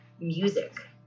music